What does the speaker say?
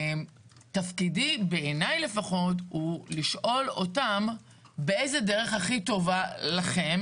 תפקידי בעיניי לפחות הוא לשאול אותם איזו דרך הכי טובה לכם?